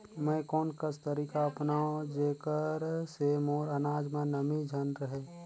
मैं कोन कस तरीका अपनाओं जेकर से मोर अनाज म नमी झन रहे?